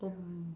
um